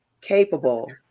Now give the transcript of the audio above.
capable